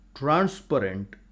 transparent